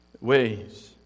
ways